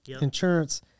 insurance